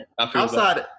outside